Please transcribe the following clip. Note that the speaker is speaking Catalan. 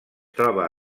troba